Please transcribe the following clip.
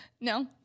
No